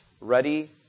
Ready